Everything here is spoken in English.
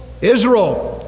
Israel